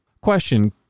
Question